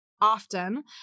often